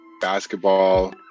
basketball